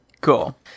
cool